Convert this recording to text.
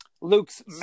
Luke's